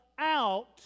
out